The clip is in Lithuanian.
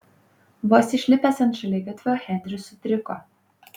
vos išlipęs ant šaligatvio henris sutriko